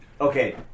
Okay